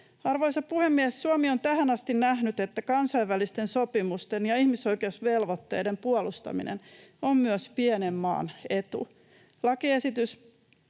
Arvoisa puhemies! Suomi on tähän asti nähnyt, että kansainvälisten sopimusten ja ihmisoikeusvelvoitteiden puolustaminen on myös pienen maan etu. Lakiesitys